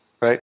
right